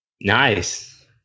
Nice